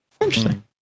interesting